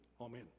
Amen